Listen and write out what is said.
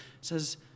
says